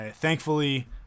thankfully